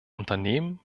unternehmen